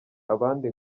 abandi